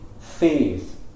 faith